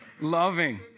Loving